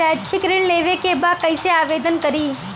शैक्षिक ऋण लेवे के बा कईसे आवेदन करी?